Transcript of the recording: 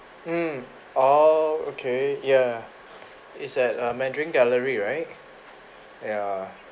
mm oh okay ya it's at err mandarin gallery right ya